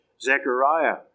Zechariah